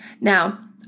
Now